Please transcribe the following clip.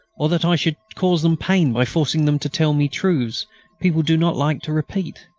or that i should cause them pain by forcing them to tell me truths people do not like to repeat.